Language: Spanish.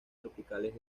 tropicales